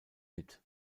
mit